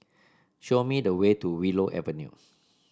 show me the way to Willow Avenue